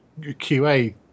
QA